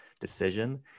decision